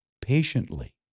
patiently